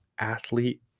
athlete